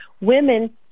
women